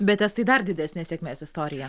bet estai dar didesnė sėkmės istorija